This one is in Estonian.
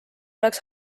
oleks